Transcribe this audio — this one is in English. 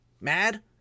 mad